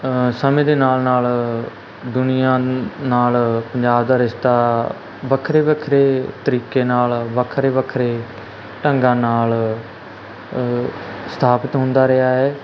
ਸਮੇਂ ਦੇ ਨਾਲ ਨਾਲ ਦੁਨੀਆ ਨਾਲ ਪੰਜਾਬ ਦਾ ਰਿਸ਼ਤਾ ਵੱਖਰੇ ਵੱਖਰੇ ਤਰੀਕੇ ਨਾਲ ਵੱਖਰੇ ਵੱਖਰੇ ਢੰਗਾਂ ਨਾਲ ਅ ਸਥਾਪਿਤ ਹੁੰਦਾ ਰਿਹਾ ਹੈ